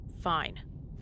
Fine